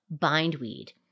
bindweed